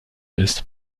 ist